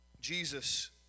Jesus